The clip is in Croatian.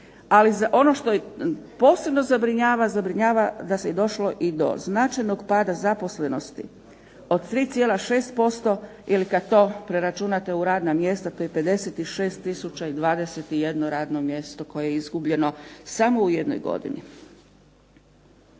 Ali ono što posebno zabrinjava, zabrinjava da je došlo i do značajnog pada zaposlenosti od 3,6% ili kada to preračunate u radna mjesta, to je 56 tisuća i 21 radno mjesto koje je izgubljeno samo u jednoj godini.